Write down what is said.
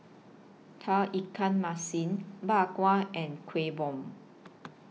Tauge Ikan Masin Bak Kwa and Kueh Bom